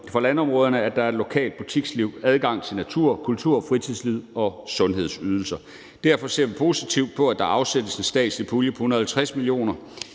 for landområderne, at der er et lokalt butiksliv, adgang til natur, kultur, fritidsliv og sundhedsydelser. Derfor ser vi positivt på, at der afsættes en statslig pulje på 150 mio.